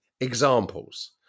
Examples